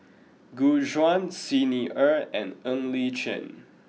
Gu Juan Xi Ni Er and Ng Li Chin